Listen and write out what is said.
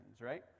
right